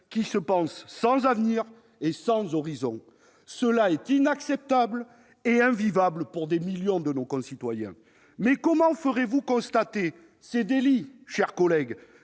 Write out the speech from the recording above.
qui se pensent sans avenir et sans horizon. Ceci est inacceptable et invivable pour des millions de nos concitoyens ! Quel toupet ! Mais comment ferez-vous constater ces délits, mes chers collègues,